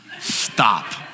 stop